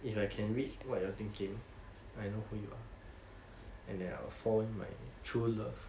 if I can read what you are thinking I know who you are and then I will form my true love